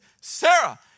Sarah